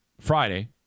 Friday